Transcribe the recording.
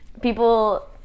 people